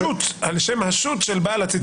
על שם השו"ת של בעל הציץ אליעזר.